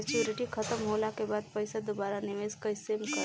Maturity खतम होला के बाद पईसा दोबारा निवेश कइसे करेम?